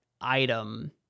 item